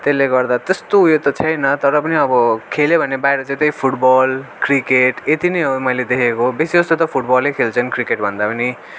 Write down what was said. त्यसले गर्दा त्यस्तो उयो त छैन तर पनि अब खेल्यो भने बाहिर चाहिँ त्यही फुटबल क्रिकेट यति नै हो मैले देखेको बेसी जस्तो त फुटबलै खेल्छन् क्रिकेटभन्दा पनि